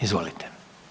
Izvolite.